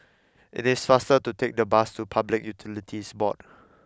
it is faster to take the bus to Public Utilities Board